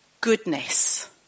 goodness